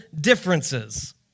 differences